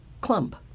clump